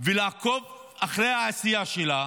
ולעקוב אחרי העשייה שלה,